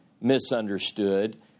misunderstood